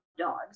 dogs